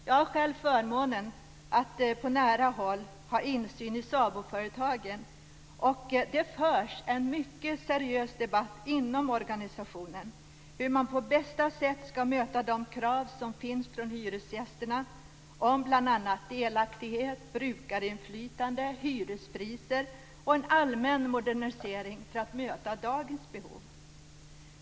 Jag har själv förmånen att på nära håll ha insyn i SABO-företagen. Det förs en mycket seriös debatt inom organisationen om hur man på bästa sätt skall möta de krav som finns från hyresgästerna om bl.a. delaktighet, brukarinflytande, hyrespriser och en allmän modernisering för att möta dagens behov.